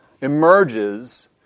emerges